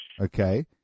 Okay